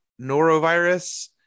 norovirus